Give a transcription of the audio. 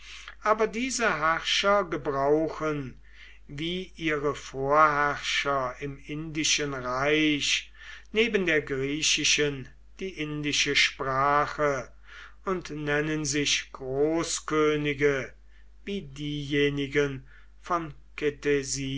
aber diese herrscher gebrauchen wie ihre vorherrscher im indischen reich neben der griechischen die indische sprache und nennen sich großkönige wie diejenigen von